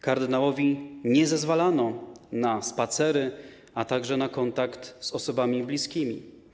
Kardynałowi nie zezwalano na spacery ani na kontakt z osobami bliskimi.